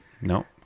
No